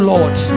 Lord